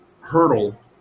hurdle